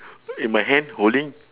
in my hand holding